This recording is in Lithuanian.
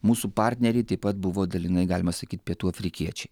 mūsų partneriai taip pat buvo dalinai galima sakyt pietų afrikiečiai